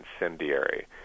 incendiary